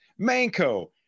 Manko